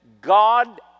God